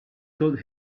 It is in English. told